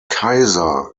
kaiser